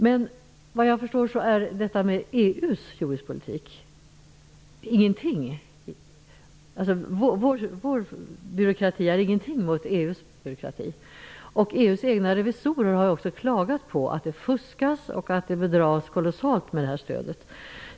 Men vår byråkrati är ingenting jämfört med EU:s byråkrati. EU:s egna revisorer har också klagat på att det fuskas och bedras kolossalt med detta stöd.